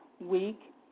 week